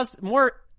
more